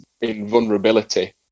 invulnerability